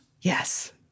yes